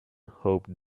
hoped